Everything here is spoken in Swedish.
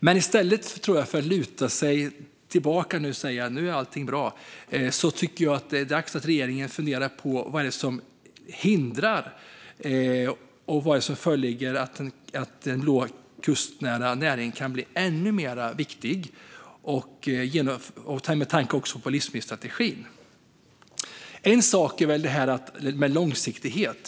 Men i stället för att nu luta sig tillbaka och säga att allting är bra tycker jag att det är dags att regeringen funderar på vad det är som hindrar att den blå, kustnära näringen blir ännu viktigare, också med tanke på livsmedelsstrategin. En viktig sak är detta med långsiktighet.